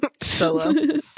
Solo